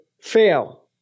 fail